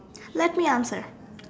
let me answer